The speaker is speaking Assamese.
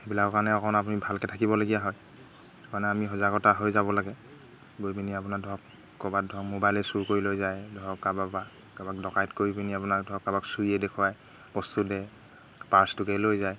সেইবিলাকৰ কাৰণে অকণ আপুনি ভালকৈ থাকিবলগীয়া হয় সেইটো কাৰণে আমি সজাগতা হৈ যাব লাগে গৈ পিনি আপোনাৰ ধৰক ক'ৰবাত ধৰক মোবাইলে চুৰ কৰি লৈ যায় ধৰক কাৰোবাৰপৰা কাৰোবাক ডকাইত কৰি পিনি আপোনাৰ ধৰক কাৰোবাক চুৰিয়ে দেখুৱাই বস্তু দে পাৰ্চটোকে লৈ যায়